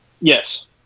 Yes